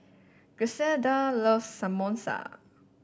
Griselda loves Samosa